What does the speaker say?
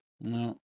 No